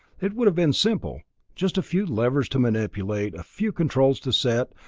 it would have been simple just a few levers to manipulate, a few controls to set,